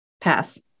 pass